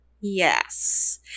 Yes